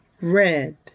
Red